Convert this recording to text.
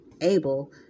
able